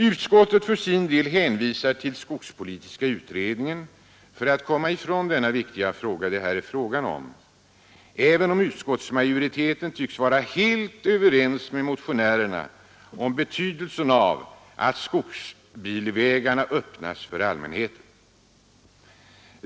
Utskottet för sin del hänvisar till skogspolitiska utredningen för att komma ifrån den viktiga fråga det här gäller, även om utskottsmajoriteten tycks vara helt överens med motionärerna om betydelsen av att skogsbilvägarna öppnas för allmänheten.